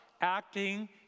acting